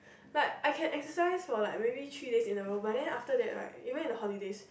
like I can exercise for like maybe three days in a row but then after that right even in the holidays